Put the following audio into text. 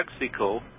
Mexico